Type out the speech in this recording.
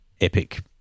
epic